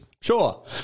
sure